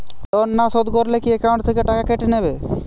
Loan না শোধ করলে কি একাউন্ট থেকে টাকা কেটে নেবে?